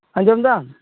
ᱟᱸᱡᱚᱢ ᱫᱟᱢ